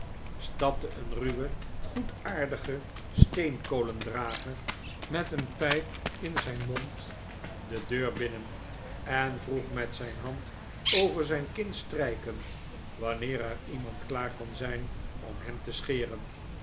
stapte een ruwe goedaardige steenkolendrager met een pijp in zijn mond de deur binnen en vroeg met zijn hand over zijn kin strijkend wanneer er iemand klaar kon zijn om hem te scheren